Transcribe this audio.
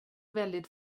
väldigt